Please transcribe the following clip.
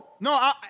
No